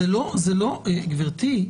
גברתי,